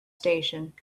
station